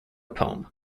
poem